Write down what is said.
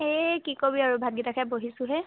এই কি ক'বি আৰু ভাত কেইটা খাই বহিছোহে